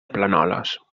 planoles